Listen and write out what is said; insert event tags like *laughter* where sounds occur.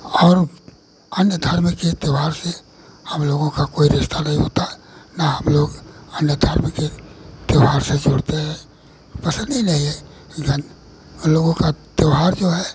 और अन्य धर्म के त्यौहार से हम लोगों का कोई रिश्ता नहीं होता ना हम लोग अन्य धर्म के त्यौहार से जोड़ते हैं पसंद ही नहीं है *unintelligible* उन लोगों का त्यौहार जो है